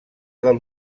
del